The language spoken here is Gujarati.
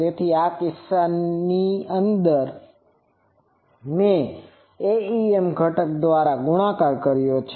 તેથી આ કિસ્સામાં મેં Aem ઘટક દ્વારા ગુણાકાર કર્યો છે